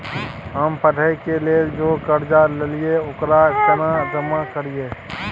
हम पढ़े के लेल जे कर्जा ललिये ओकरा केना जमा करिए?